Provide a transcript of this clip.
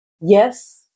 yes